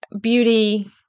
beauty